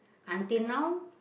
until now